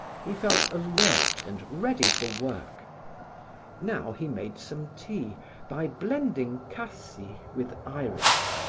he felt alert and ready for work now he made some tea by blending cassie with iris,